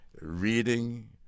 reading